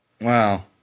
Wow